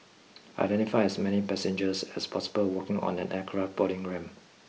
identify as many passengers as possible walking on an aircraft boarding ramp